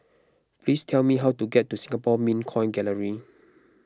please tell me how to get to Singapore Mint Coin Gallery